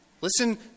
Listen